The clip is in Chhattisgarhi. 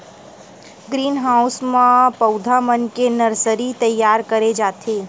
ग्रीन हाउस म पउधा मन के नरसरी तइयार करे जाथे